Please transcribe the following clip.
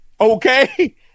Okay